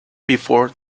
before